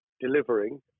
delivering